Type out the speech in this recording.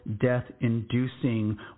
death-inducing